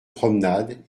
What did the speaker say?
promenade